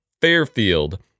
Fairfield